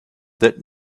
that